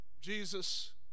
Jesus